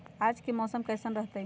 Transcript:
आज के मौसम कैसन रहताई?